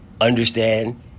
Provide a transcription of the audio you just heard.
understand